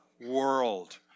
world